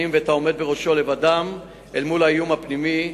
ואת העומד בראשו לבדם אל מול האיום הפנימי,